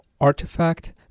artifact